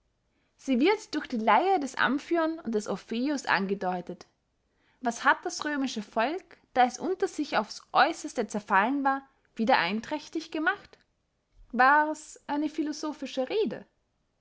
sie wird durch die leyer des amphion und des orpheus angedeutet was hat das römische volk da es unter sich aufs äusserste zerfallen war wieder einträchtig gemacht wars eine philosophische rede